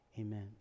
amen